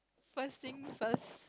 first thing first